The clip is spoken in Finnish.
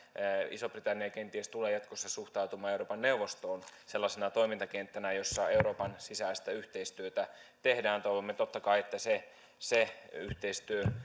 iso britannia kenties tulee jatkossa suhtautumaan euroopan neuvostoon sellaisena toimintakenttänä jossa euroopan sisäistä yhteistyötä tehdään toivomme totta kai että se se yhteistyö